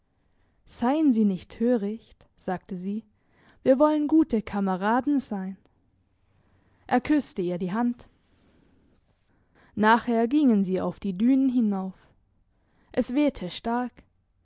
seien sie nicht töricht sagte sie wir wollen gute kameraden sein er küsste ihr die hand nachher gingen sie auf die dünen hinauf es wehte stark